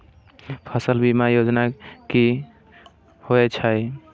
फसल बीमा योजना कि होए छै?